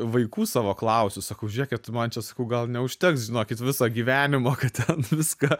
vaikų savo klausiu sakau žiūrėkit man čia sakau gal neužteks žinokit visą gyvenimą kad ten viską